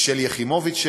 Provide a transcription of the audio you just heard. שלי יחימוביץ,